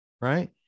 Right